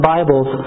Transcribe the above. Bibles